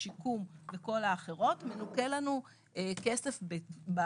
סיעוד היא קצבה שבעצם נועדה להבטיח טיפול